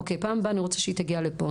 אוקיי פעם הבאה אני רוצה שהיא תגיע לפה.